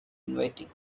inviting